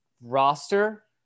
roster